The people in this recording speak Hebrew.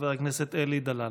חבר הכנסת אלי דלל.